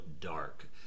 dark